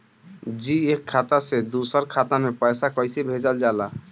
जी एक खाता से दूसर खाता में पैसा कइसे भेजल जाला?